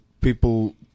people